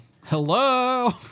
hello